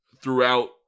throughout